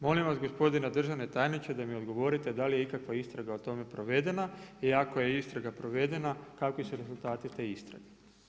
Molim vas gospodine državni tajniče da mi odgovorite da li je ikakva istraga o tome provedena, jer ako je istraga provedena kakvi su rezultati te istrage.